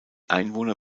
einwohner